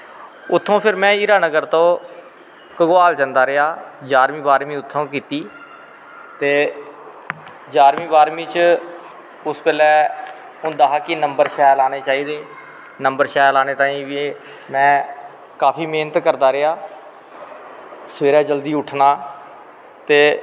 उत्थों फिर में हीरानगर तो घगवाल जंदा रेहा जारवीं बाह्रवीं उत्थुआं कीती ते जारवीं बाह्रवीं च उस बेल्लै होंदा हा कि नंबर शाल आने चाही दे नंबर शैल आनें तांई बी में काफी मैह्नत करदा रेहा सवेरै जल्दी उट्ठना ते